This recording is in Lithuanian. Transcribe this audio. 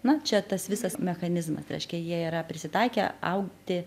na čia tas visas mechanizmas reiškia jie yra prisitaikę augti